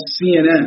CNN